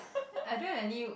I don't have any